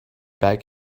back